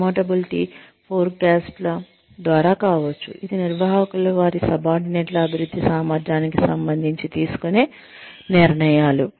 promotability ఫోర్కాస్ట్ల ద్వారా కావచ్చు ఇది నిర్వాహకులు వారి సబార్డినేట్ల అభివృద్ధి సామర్థ్యానికి సంబంధించి తీసుకునే నిర్ణయాలు